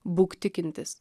būk tikintis